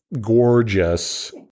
Gorgeous